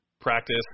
practice